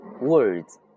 Words